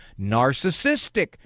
narcissistic